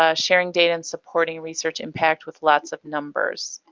ah sharing data and supporting research impact with lots of numbers.